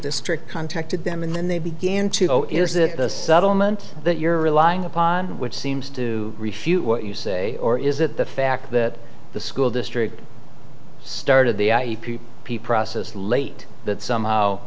district contacted them and then they began to know is that the settlement that you're relying upon which seems to refute what you say or is it the fact that the school district started the peep peep process late that somehow